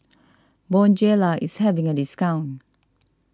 Bonjela is having a discount